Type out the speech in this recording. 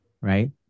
right